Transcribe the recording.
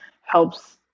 helps